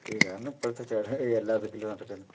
ഇതാണിപ്പോഴത്തെ ചട എല്ലാത്തിക്കിലും നടക്കുന്നത്